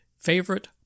favorite